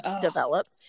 developed